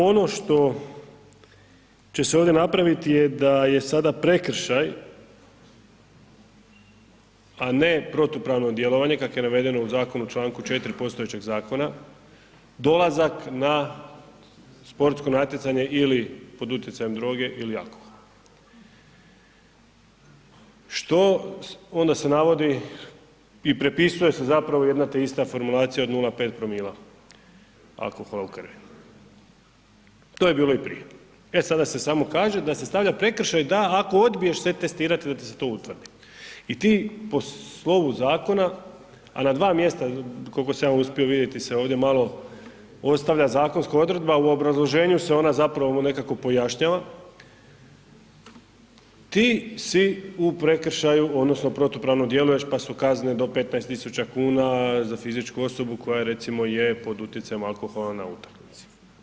Ono što će se ovdje napraviti je da je sada prekršaj, a ne protupravno djelovanje kako je navedeno u zakonu u čl. 4. postojećeg zakona, dolazak na sportsko natjecanje ili pod utjecajem droge ili alkohola, što, onda se navodi i prepisuje se zapravo jedna te ista formulacija od 0,5 promila alkohola u krvi, to je bilo i prije, e sada se samo kaže da se stavlja prekršaj da ako odbiješ se testirati da ti se to utvrdi i ti po slovu zakona, a na dva mjesta, kolko sam ja uspio vidjeti se ovdje malo ostavlja zakonska odredba, u obrazloženju se ona zapravo nekako pojašnjava, ti si u prekršaju odnosno protupravno djeluješ, pa su kazne do 15.000,00 kn za fizičku osobu koja recimo je pod utjecajem alkohola na utakmici.